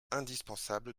indispensable